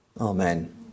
Amen